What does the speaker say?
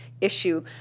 issue